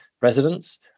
residents